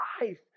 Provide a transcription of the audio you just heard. life